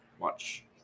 watch